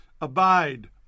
Abide